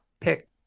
pick